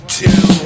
two